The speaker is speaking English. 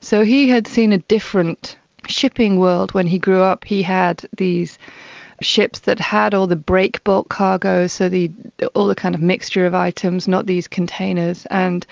so he had seen a different shipping world when he grew up. he had these ships that had all the break bulk cargoes, so all the kind of mixture of items, not these containers, and